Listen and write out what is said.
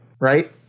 right